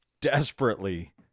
desperately